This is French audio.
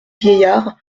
vieillard